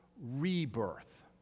rebirth